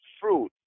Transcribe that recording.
fruit